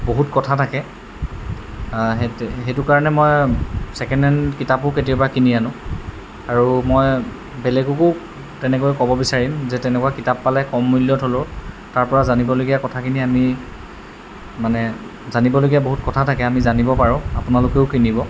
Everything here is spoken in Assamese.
বহুত কথা থাকে সেইটো সেইটো কাৰণে মই ছেকেণ্ড হেণ্ড কিতাপো কেতিয়াবা কিনি আনো আৰু মই বেলেগকো তেনেকৈ ক'ব বিচাৰিম যে তেনেকুৱা কিতাপ পালে কম মূল্যত হ'লেও তাৰপৰা জানিবলগীয়া কথাখিনি আমি মানে জানিবলগীয়া বহুত কথা থাকে আমি জানিব পাৰোঁ আপোনালোকেও কিনিব